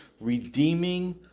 redeeming